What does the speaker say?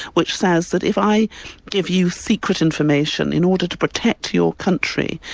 which says that if i give you secret information in order to protect your country,